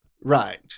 Right